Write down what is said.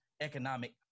economic